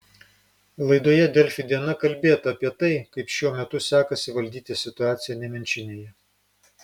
laidoje delfi diena kalbėta apie tai kaip šiuo metu sekasi valdyti situaciją nemenčinėje